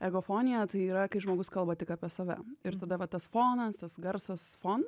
ekofonija tai yra kai žmogus kalba tik apie save ir tada va tas fonas tas garsas fon